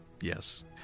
Yes